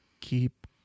keep